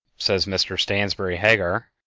says mr stansbury hagar,